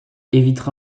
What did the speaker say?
évitera